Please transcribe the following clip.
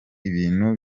ibintu